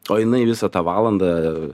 o jinai visą tą valandą